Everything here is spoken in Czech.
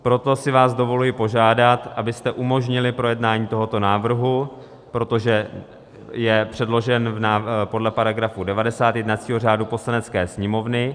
Proto si vás dovoluji požádat, abyste umožnili projednání tohoto návrhu, protože je předložen podle § 90 jednacího řádu Poslanecké sněmovny.